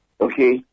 okay